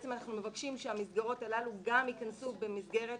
אנחנו מבקשים שהמסגרות הללו גם ייכנסו במסגרת